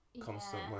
constantly